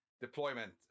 deployment